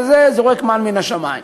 זורק מן מהשמים.